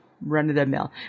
run-of-the-mill